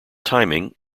timing